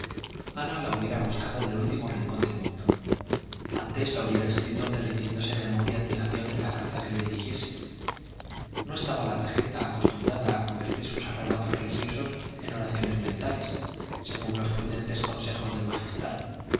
ana la hubiera buscado en el último rincón del mundo antes la hubiera escrito derritiéndose de amor y admiración en la carta que le dirigiese no estaba la regenta acostumbrada a convertir sus arrebatos religiosos en oraciones mentales según los prudentes consejos del magistral